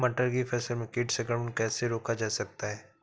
मटर की फसल में कीट संक्रमण कैसे रोका जा सकता है?